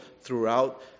throughout